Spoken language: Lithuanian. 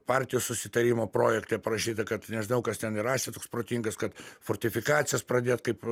partijų susitarimo projekte parašyta kad nežinau kas ten jį rašė toks protingas kad fortifikacijas pradėt kaip